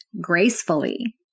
gracefully